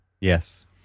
Yes